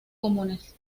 comunes